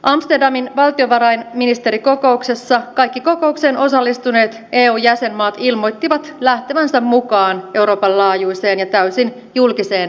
amsterdamin valtiovarainministerikokouksessa kaikki kokoukseen osallistuneet eu jäsenmaat ilmoittivat lähtevänsä mukaan euroopan laajuiseen ja täysin julkiseen rekisteriin